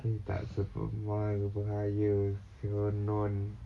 eh tak seberapa mahal kaya konon